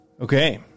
Okay